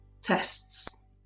tests